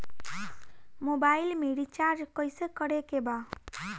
Mobile में recharge कइसे करे के बा?